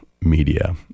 media